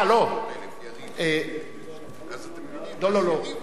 לא, לא, לא.